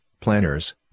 planners